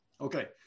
Okay